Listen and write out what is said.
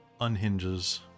unhinges